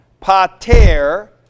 Pater